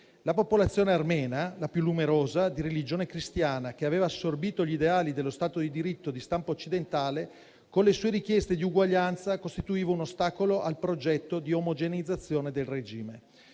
La popolazione armena, la più numerosa, di religione cristiana, che aveva assorbito gli ideali dello Stato di diritto di stampo occidentale, con le sue richieste di uguaglianza costituiva un ostacolo al progetto di omogeneizzazione del regime.